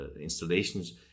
installations